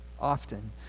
often